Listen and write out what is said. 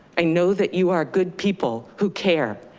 i know that you are good people who care.